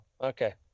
okay